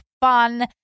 fun